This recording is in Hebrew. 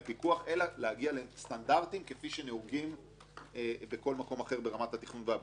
אלא להגיע לסטנדרטים כפי שנהוגים בכל מקום אחר ברמת הפיקוח והבנייה.